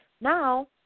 Now